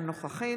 אינה נוכחת